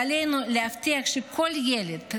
עלינו להבטיח שכל ילד,